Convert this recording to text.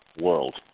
world